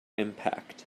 impact